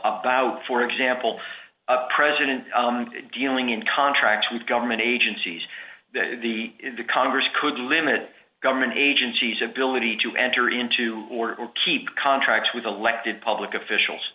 about for example a president dealing in contracts with government agencies that the congress could limit government agencies ability to enter into order to keep contracts with elected public officials